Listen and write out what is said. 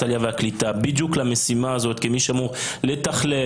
העלייה והקליטה בדיוק למשימה הזאת כמי שאמור לתכלל,